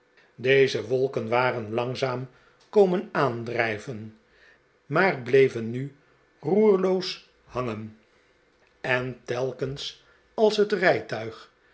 deze wolken waren langzaam komen aandrijven maarten chuzzlewit maar bleven nu roerloos hangen en telkens als het rijtuig